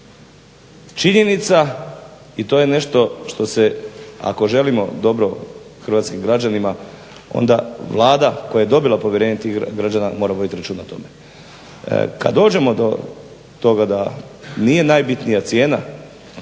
činjenica i to je nešto što se ako želimo dobro hrvatskim građanima onda Vlada koja je dobila povjerenje tih građana mora voditi računa o tome. Kad dođemo do toga da nije najbitnija cijena